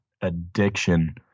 addiction